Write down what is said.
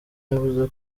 yavuze